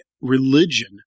religion